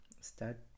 Start